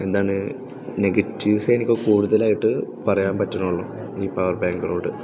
എന്താണ് നെഗറ്റീവ്സ് എനിക്ക് കൂടുതലായിട്ട് പറയാൻ പറ്റുന്നുള്ളൂ ഈ പവർ ബാങ്കുകളോട്